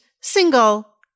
single